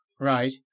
Right